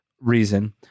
reason